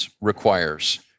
requires